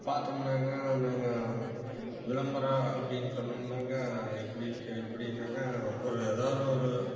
பார்த்தம்னாங்க அந்தாங்க விளம்பரம் அப்படினு சொன்னம்னாங்க எப்படின்ட்டு எப்படினாக்க ஒரு எதாவது ஒரு